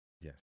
Yes